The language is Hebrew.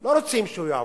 לא רוצים שהוא יעבור,